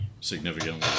significantly